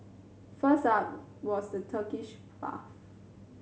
first up was the Turkish bath